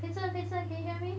Peizhen Peizhen can you hear me